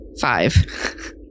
Five